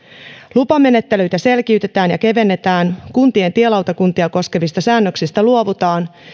lupamenettelyitä selkiytetään ja kevennetään kuntien tielautakuntia koskevista säännöksistä luovutaan